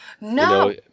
No